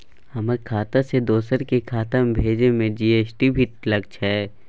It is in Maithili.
हमर खाता से दोसर के खाता में भेजै में जी.एस.टी भी लगैछे?